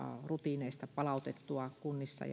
rutiineista palautettua kunnissa